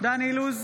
דן אילוז,